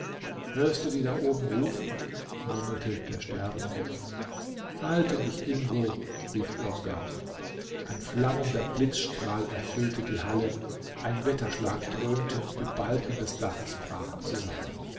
hörst du die oben rufen murmelte der sterbende halte mich ingo rief irmgard ein flammender blitzstrahl erfüllte die halle ein wetterschlag dröhnte die balken des daches brachen zusammen